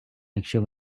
якщо